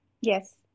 Yes